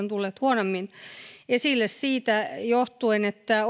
tulleet enemmän esille siitä johtuen että